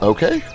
Okay